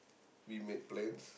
we made plans